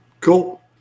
Cool